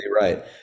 right